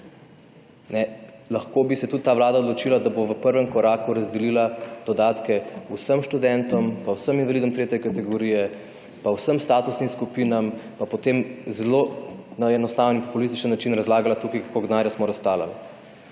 Lahko bi se tudi ta Vlada odločila, da bo v prvem koraku razdelila dodatke vsem študentom, pa vsem invalidom tretje kategorije, pa vsem statusnim skupinam, pa potem zelo, na enostaven in političen način razlagala tukaj, koliko denarja smo »raztalal«.